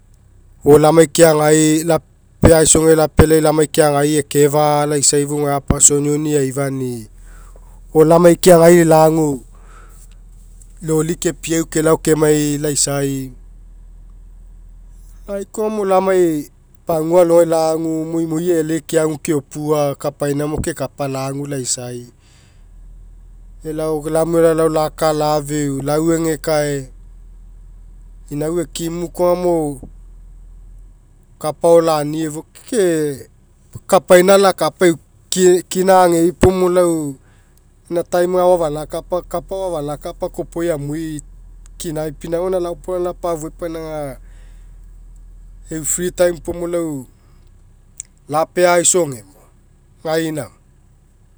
O lamai keagai laoea'aisoge aifani'i. O lamai keagai lagu loli kepiau kelao kemai laisai lai koagamo lamai pagua alogai lagu mo imoi eelei keagu keopua kapaina mo kekapa lagu laisai elao lamue lalao laka lafeu lauegekae inau ekimu koa agamo kapa agao lani lefua ke ke- kapaina alakapa eulikina agei puo lau gana time aga agao efalakapa kapao afalaka kopoi amui kinai pinauga gaina laopolaga, aga lapafui pau aga eu free time puo mo lau lapea'aisogemo gainamo